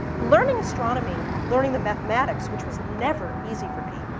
learning astronomy, learning the mathematics which was never easy for me,